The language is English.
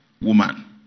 woman